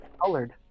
colored